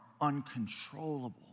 uncontrollable